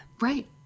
Right